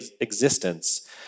existence